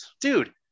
Dude